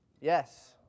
Yes